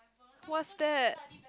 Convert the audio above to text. what's that